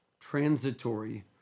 transitory